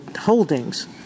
holdings